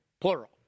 Plural